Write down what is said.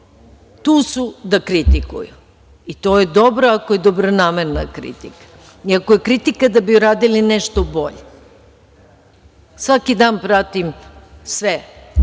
tu su da kritikuju i to je dobro, ako je dobronamerna kritika i ako je kritika da bi uradili nešto bolje. Svaki dan pratim sve